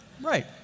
Right